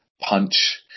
punch